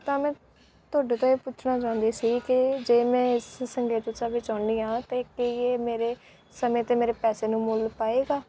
ਤਾਂ ਮੈਂ ਤੁਹਾਡੇ ਤੋਂ ਇਹ ਪੁੱਛਣਾ ਚਾਹੁੰਦੀ ਸੀ ਕਿ ਜੇ ਮੈਂ ਇਸ ਸੰਗੀਤ ਉਤਸਵ ਵਿੱਚ ਆਉਂਦੀ ਹਾਂ ਤਾਂ ਕੀ ਇਹ ਮੇਰੇ ਸਮੇਂ ਅਤੇ ਮੇਰੇ ਪੈਸੇ ਨੂੰ ਮੁੱਲ ਪਾਵੇਗਾ